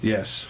Yes